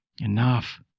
Enough